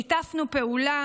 שיתפנו פעולה